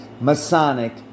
Masonic